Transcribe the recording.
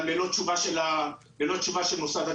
אבל ללא תשובה של מוסד התכנון.